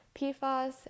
PFAS